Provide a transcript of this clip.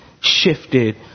shifted